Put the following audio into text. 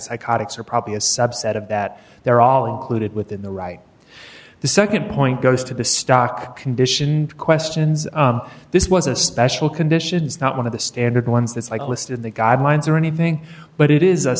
psychotics are probably a subset of that they're all included within the right the nd point goes to the stock conditioned questions this was a special conditions not one of the standard ones the cyclist in the guidelines or anything but it is u